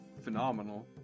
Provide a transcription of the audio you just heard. phenomenal